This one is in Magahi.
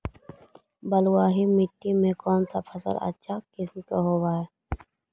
बलुआही मिट्टी में कौन से फसल अच्छा किस्म के होतै?